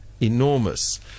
enormous